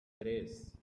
tres